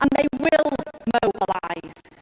um they will mobilise